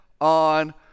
on